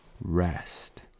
Rest